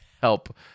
help